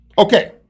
Okay